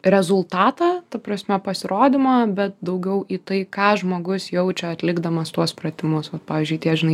rezultatą ta prasme pasirodymą daugiau į tai ką žmogus jaučia atlikdamas tuos pratimus vat pavyzdžiui tie žinai